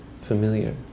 familiar